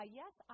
yes